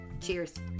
cheers